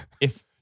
if-